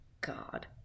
God